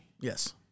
Yes